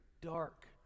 dark